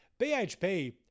BHP